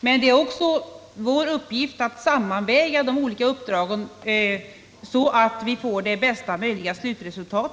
Men 10 november 1977 det är också vår uppgift att sammanväga de olika uppdragen, så att vi Lo får bästa möjliga slutresultat.